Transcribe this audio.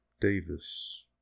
Davis